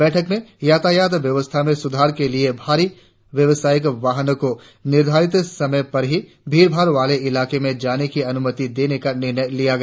बैठक में यातायात व्यवस्था में सुधार के लिए भारी व्यवसायिक वाहनों को निर्धारित समय पर ही भीड़ भाड़ वाले इलाके में जाने की अनुमति देने का निर्णय लिया गया